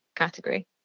Category